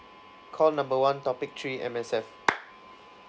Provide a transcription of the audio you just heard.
call number one topic three M_S_F